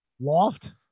Loft